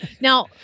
Now